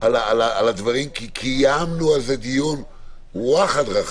על הדברים, כי קיימנו על זה דיון וַאחַד רחב,